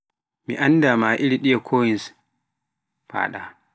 Mi annda iri ɓiye koyns ngonɗa.